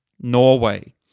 Norway